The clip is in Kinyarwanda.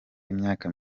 imyaka